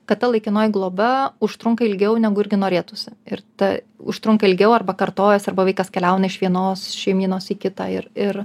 kad ta laikinoji globa užtrunka ilgiau negu irgi norėtųsi ir ta užtrunka ilgiau arba kartojasi arba vaikas keliauna iš vienos šeimynos į kitą ir ir